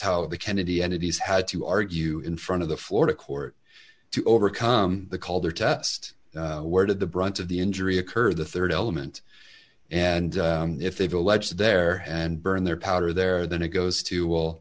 how the kennedy entities had to argue in front of the florida court to overcome the calder test where did the brunt of the injury occur the rd element and if they've alleged there and burn their powder there then it goes to will